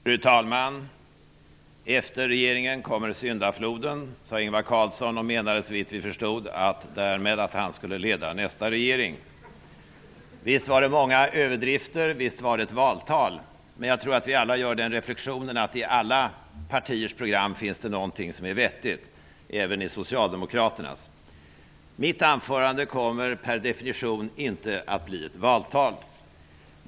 Fru talman! Efter regeringen kommer syndafloden, sade Ingvar Carlsson, och menade såvitt vi förstod därmed att han skulle leda nästa regering. Visst var det många överdrifter, och visst var det ett valtal, men jag tror att vi alla gör den reflexionen att det i alla partiers program finns någonting som är vettigt -- även i Socialdemokraternas program. Mitt anförande kommer per definition inte att bli ett valtal.